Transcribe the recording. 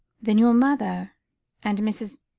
then your mother and mrs.